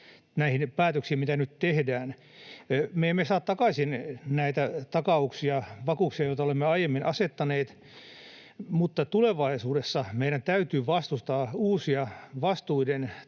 näihin päätöksiin, mitä nyt tehdään. Me emme saa takaisin näitä takauksia, vakuuksia, joita olemme aiemmin asettaneet, mutta tulevaisuudessa meidän täytyy vastustaa uusia vastuiden